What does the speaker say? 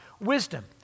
wisdom